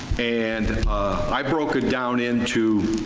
and i broke it down into.